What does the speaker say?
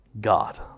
God